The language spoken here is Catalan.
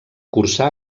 cursà